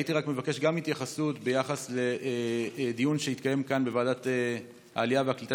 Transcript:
הייתי מבקש גם התייחסות לדיון שהתקיים כאן בוועדת העלייה והקליטה